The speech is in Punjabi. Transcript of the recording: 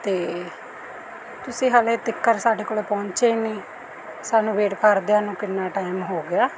ਤੇ ਤੁਸੀਂ ਹਾਲੇ ਤੀਕਰ ਸਾਡੇ ਕੋਲ ਪਹੁੰਚੇ ਨੀ ਸਾਨੂੰ ਵੇਟ ਕਰਦਿਆਂ ਨੂੰ ਕਿੰਨਾ ਟਾਈਮ ਹੋ ਗਿਆ